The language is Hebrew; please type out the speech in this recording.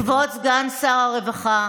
כבוד סגן שר הרווחה,